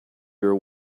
your